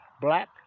black